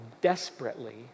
desperately